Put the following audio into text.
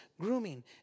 grooming